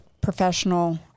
professional